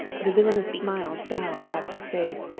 the villainous smile died out of his face,